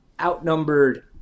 Outnumbered